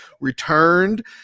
returned